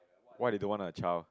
why they don't want a child